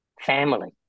family